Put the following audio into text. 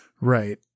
Right